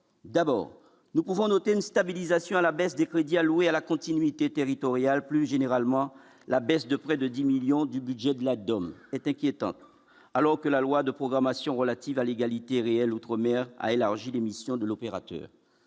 d'abord, nous pouvons noter une stabilisation à la baisse des crédits alloués à la continuité territoriale, plus généralement, la baisse de près de 10 millions du budget de la donne était qui, alors que la loi de programmation relative à l'égalité réelle outre-mer a élargi la mission de l'opérateur,